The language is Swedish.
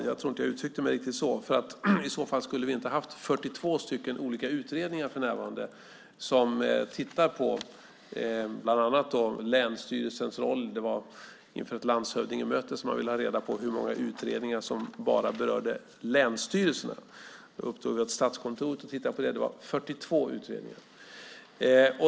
Jag tror inte att jag uttryckte mig riktigt så. I så fall skulle vi för närvarande inte ha 42 olika utredningar som tittar på bland annat länsstyrelsens roll. Det var inför ett landshövdingemöte som man ville ha reda på hur många utredningar som bara berörde länsstyrelserna. Vi uppdrog åt Statskontoret att titta på det. Det var 42 utredningar.